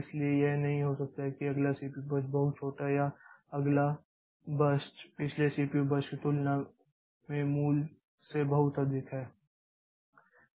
इसलिए यह नहीं हो सकता है कि अगला सीपीयू बर्स्ट बहुत छोटा है या अगला बर्स्ट पिछले सीपीयू बर्स्ट की तुलना में मूल से बहुत अधिक है